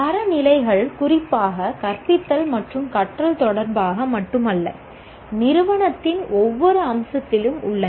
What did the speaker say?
தரநிலைகள் குறிப்பாக கற்பித்தல் மற்றும் கற்றல் தொடர்பாக மட்டுமல்ல நிறுவனத்தின் ஒவ்வொரு அம்சத்திலும் உள்ளன